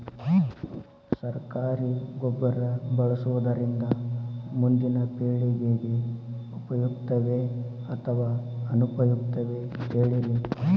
ಸರಕಾರಿ ಗೊಬ್ಬರ ಬಳಸುವುದರಿಂದ ಮುಂದಿನ ಪೇಳಿಗೆಗೆ ಉಪಯುಕ್ತವೇ ಅಥವಾ ಅನುಪಯುಕ್ತವೇ ಹೇಳಿರಿ